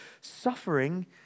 Suffering